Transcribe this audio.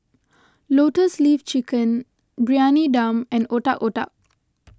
Lotus Leaf Chicken Briyani Dum and Otak Otak